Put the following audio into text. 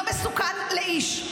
לא מסוכן לאיש.